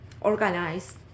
organized